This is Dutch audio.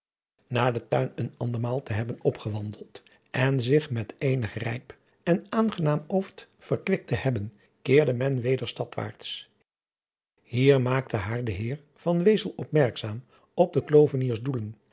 na den tuin een en andermaal te hebben ongewandeld en zich met eenig rijp en aangenaam ooft verkwikt te hebben keerde men weder stadwaarts hier maakte haar de heer van wezel opmerkzaam op den